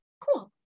cool